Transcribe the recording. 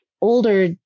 older